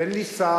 אין לי שר,